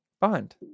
Bond